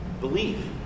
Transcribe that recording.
Believe